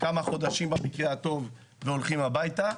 כמה חודשים במקרה הטוב והולכים הביתה.